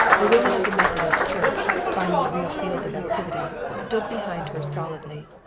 the women of the methodist church, finding a real field of activity, stood behind her solidly.